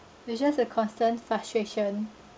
it's just a constant frustration